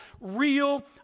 real